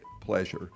pleasure